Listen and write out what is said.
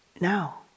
now